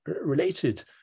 related